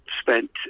spent